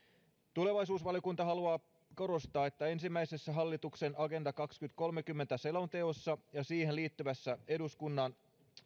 tulevaisuusvaliokunta haluaa korostaa että ensimmäisessä hallituksen agenda kaksituhattakolmekymmentä selonteossa ja siihen liittyvässä eduskunnan